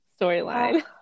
storyline